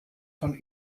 von